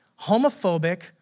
homophobic